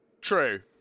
True